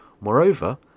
Moreover